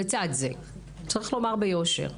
לצד זה, צריך לומר ביושר,